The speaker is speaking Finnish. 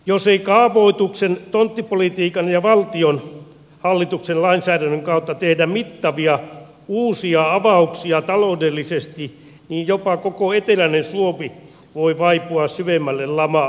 jos ei kaavoituksen tonttipolitiikan ja valtion hallituksen lainsäädännön kautta tehdä mittavia uusia avauksia taloudellisesti niin jopa koko eteläinen suomi voi vaipua syvemmälle lamaan